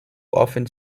often